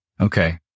Okay